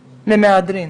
למהדרין,